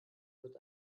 wird